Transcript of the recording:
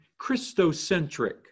Christocentric